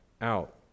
out